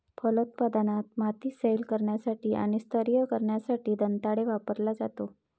फलोत्पादनात, माती सैल करण्यासाठी आणि स्तरीय करण्यासाठी दंताळे वापरला जातो